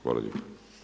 Hvala lijepo.